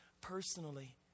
personally